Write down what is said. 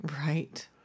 Right